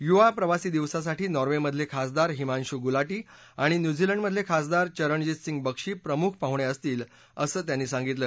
युवा प्रवासी दिवसासाठी नॉर्वेमधलखासदार हिमांशू गुलाटी आणि न्यूझीलंडमधलखासदार चरणजीत सिंग बक्षी प्रमुख पाहुणखिसतील असं त्यांनी सांगितलं